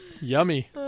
Yummy